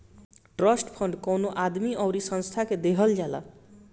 trust fund कवनो आदमी अउरी संस्था के देहल जाला